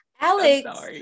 alex